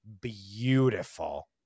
beautiful